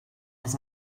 was